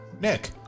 nick